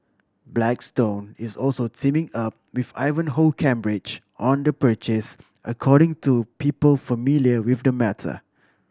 blackstone is also teaming up with Ivanhoe Cambridge on the purchase according to people familiar with the matter